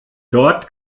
dort